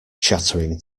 chattering